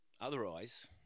Otherwise